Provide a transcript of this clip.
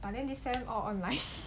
but then this time all online